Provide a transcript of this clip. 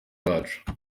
wacu